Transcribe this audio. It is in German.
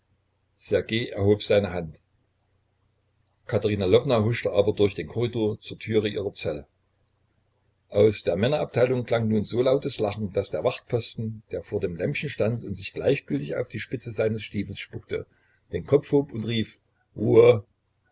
seine hand katerina lwowna huschte aber durch den korridor zur türe ihrer zelle aus der männerabteilung klang nun so lautes lachen daß der wachtposten der vor dem lämpchen stand und sich gleichgültig auf die spitze seines stiefels spuckte den kopf hob und rief ruhe